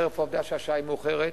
חרף העובדה שהשעה מאוחרת: